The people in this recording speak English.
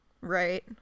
Right